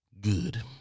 good